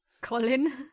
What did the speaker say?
Colin